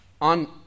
on